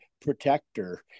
protector